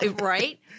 right